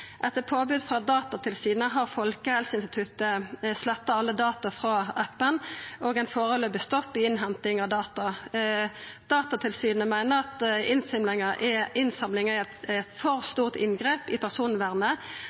Etter påbod frå Datatilsynet har Folkehelseinstituttet sletta alle data frå appen og har førebels stoppa innhenting av data. Datatilsynet meiner at innsamlinga er eit for stort inngrep i personvernet